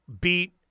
beat